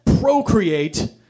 procreate